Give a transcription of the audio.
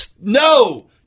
No